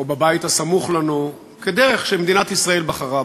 בבית הסמוך לנו כדרך שמדינת ישראל בחרה בה.